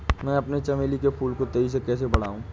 मैं अपने चमेली के फूल को तेजी से कैसे बढाऊं?